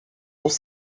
aos